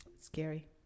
scary